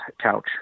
couch